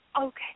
Okay